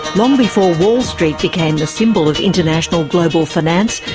long before wall street became the symbol of international global finance,